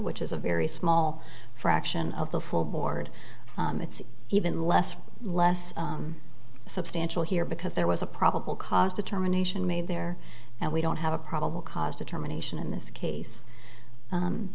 which is a very small fraction of the full board it's even less or less substantial here because there was a probable cause determination made there and we don't have a probable cause determination in this case